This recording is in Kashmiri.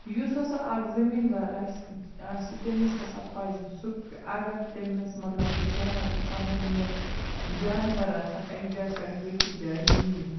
یُس ہسا اَکھ زمیٖندار آسہِ آسہِ تٔمِس ہسا پَزِ سُہ اگر تٔمِس مطلب کہِ جنم پَنٕنۍ یِم جانوَر آسَن اَکہِ جایہِ پٮ۪ٹھ بیٚکِس جایہِ نِنۍ